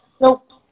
Nope